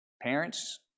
Parents